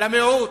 למיעוט,